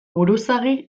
buruzagi